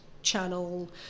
channel